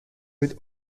with